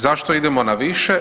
Zašto idemo na više?